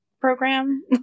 program